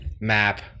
map